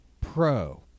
Pro